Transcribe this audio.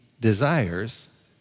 desires